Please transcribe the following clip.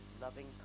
loving